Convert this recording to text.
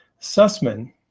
Sussman